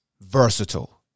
versatile